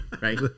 Right